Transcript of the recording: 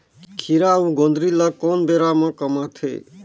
खीरा अउ जोंदरी ल कोन बेरा म कमाथे?